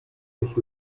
sich